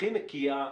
הכי נקייה,